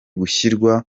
gushyirwa